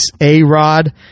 A-Rod